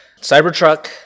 Cybertruck